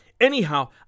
Anyhow